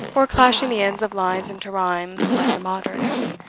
or clashing the ends of lines into rhyme like the moderns,